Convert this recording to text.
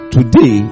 Today